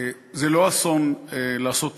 זה לא אסון לעשות טעויות.